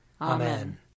Amen